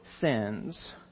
sins